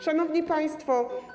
Szanowni Państwo!